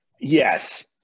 Yes